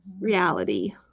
reality